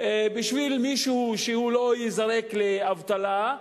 בשביל שמישהו לא ייזרק לאבטלה,